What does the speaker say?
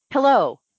Hello